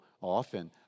often